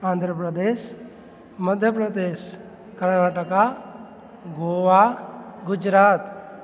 Andhra Pradesh Madhya Pradesh Karnataka Goa Gujarat